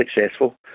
successful